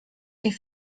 die